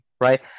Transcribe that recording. right